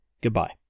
goodbye